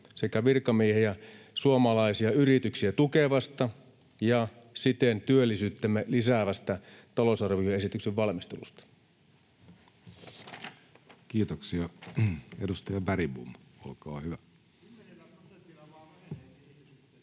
sekä virkamiehiä suomalaisia yrityksiä tukevasta ja siten työllisyyttämme lisäävästä talousarvioesityksen valmistelusta. Kiitoksia. — Edustaja Bergbom, olkaa hyvä.